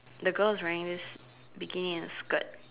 the girl's wearing this bikini and a skirt